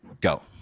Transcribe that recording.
go